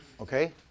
okay